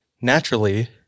naturally